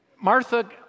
Martha